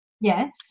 Yes